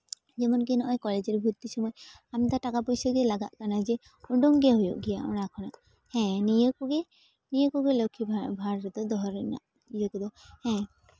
ᱡᱮᱢᱚᱱᱠᱤ ᱱᱚᱜᱼᱚᱭ ᱠᱚᱞᱮᱡᱽ ᱨᱮ ᱵᱷᱚᱨᱛᱤ ᱥᱚᱢᱚᱭ ᱟᱢᱫᱟ ᱴᱟᱠᱟ ᱯᱚᱭᱥᱟᱜᱮ ᱞᱟᱜᱟᱜ ᱠᱟᱱᱟ ᱡᱮ ᱩᱰᱩᱝ ᱜᱮ ᱦᱩᱭᱩᱜ ᱜᱮᱭᱟ ᱚᱱᱟ ᱦᱮᱸ ᱱᱤᱭᱟᱹ ᱠᱚᱜᱮ ᱱᱤᱭᱟᱹ ᱠᱤᱜᱮ ᱞᱚᱠᱠᱷᱤ ᱵᱷᱟᱲ ᱨᱮᱫᱚ ᱫᱚᱦᱚ ᱨᱮᱱᱟᱜ ᱤᱭᱟᱹ ᱠᱚᱫᱚ ᱦᱮᱸ